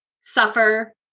suffer